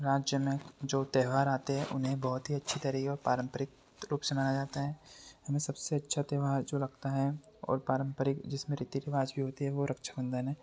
राज्य में जो त्योहार आते हैं उन्हें बहुत ही अच्छी तरह और पारम्परिक रूप से मनाया जाता है इनमें सबसे अच्छा त्योहार जो लगता है और पारम्परिक जिसमें रीति रिवाज भी होती है वह रक्षाबन्धन है